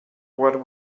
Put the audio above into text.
what